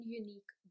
unique